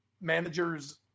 managers